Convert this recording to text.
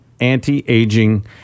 anti-aging